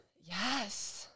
Yes